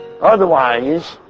Otherwise